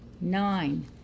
Nine